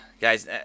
guys